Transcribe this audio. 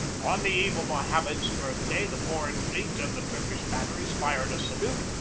on the eve of mohammed's birth day the foreign fleet and the turkish batteries fired a salute,